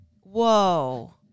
whoa